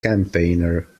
campaigner